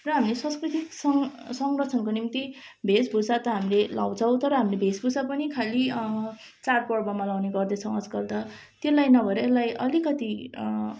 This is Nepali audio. र हामी संस्कृतिक सं संरक्षणको निम्ति भेषभूषा त हामीले लगाउँछौँ तर हामीले भेषभूषा पनि खालि चाडपर्वमा लगाउने गर्दछौँ आजकल त त्यसलाई नभएर यसलाई अलिकति